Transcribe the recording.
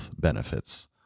benefits